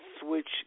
switch